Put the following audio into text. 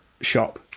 shop